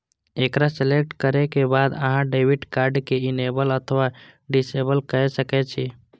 एकरा सेलेक्ट करै के बाद अहां डेबिट कार्ड कें इनेबल अथवा डिसेबल कए सकै छी